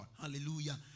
Hallelujah